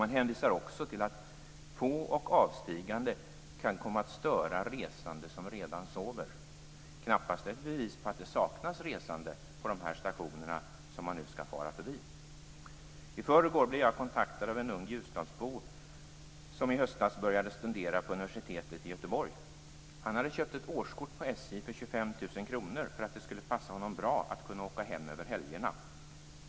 Man hänvisar också till att på och avstigande kan komma att störa resande som redan sover - knappast ett bevis på att det saknas resande på de stationer man nu skall fara förbi. I förrgår blev jag kontaktad av en ung ljusdalsbo som i höstas började studera på universitetet i Göteborg. Han hade köpt ett årskort på SJ för 25 000 kr, eftersom det skulle passa honom bra att kunna åka hem över helgerna.